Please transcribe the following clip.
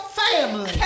family